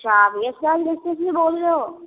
अच्छा आप से बोल रहे हो